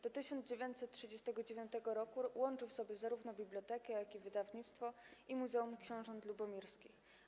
Do 1939 r. łączył w sobie zarówno bibliotekę, jak i wydawnictwo, i Muzeum Książąt Lubomirskich.